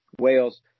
Wales